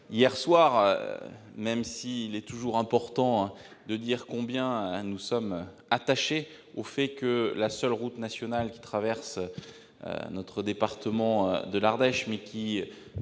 hier soir, même s'il est toujours important de dire combien nous sommes attachés au fait que la seule route nationale qui traverse notre département de l'Ardèche, et qui